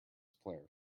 player